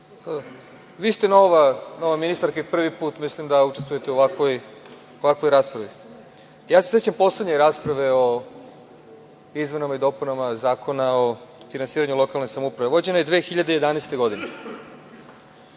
Vi ste nova ministarka i mislim da prvi put učestvujete u ovakvoj raspravi. Ja se sećam poslednje rasprave o izmenama i dopunama Zakona o finansiranju lokalne samouprave. Vođena je 2011. godine.